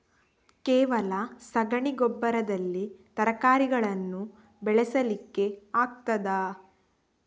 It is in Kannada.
ಕೇವಲ ಸಗಣಿ ಗೊಬ್ಬರದಲ್ಲಿ ತರಕಾರಿಗಳನ್ನು ಬೆಳೆಸಲಿಕ್ಕೆ ಆಗ್ತದಾ?